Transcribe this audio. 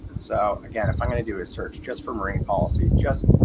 so again if i'm going to do is search just for marine policy just